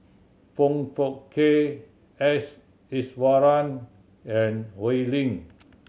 Foong Fook Kay S Iswaran and Oi Lin